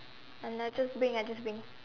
ah then I just bring just bring